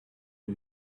are